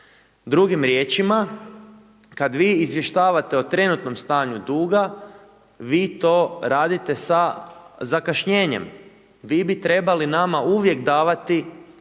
Drugim riječima, kad vi izvještavate o trenutnom stanju duga, vi to radite sa zakašnjenjem, vi bi trebali nama uvijek davati